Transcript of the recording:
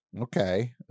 Okay